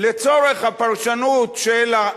לא הבנתי.